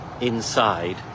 inside